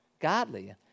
godly